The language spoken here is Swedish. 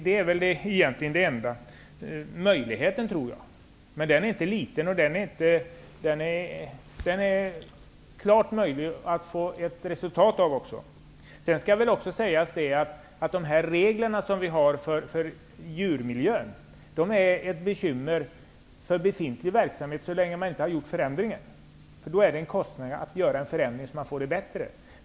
Det är väl egentligen enda möjligheten, tror jag, men den är inte liten och klart möjlig att få ett resultat av. Sedan skall väl också sägas att reglerna som vi har för djurmiljön är ett bekymmer för befintlig verksamhet så länge man inte har gjort förändringen, för det innebär kostnader att göra en förändring så att man får det bättre.